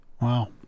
Wow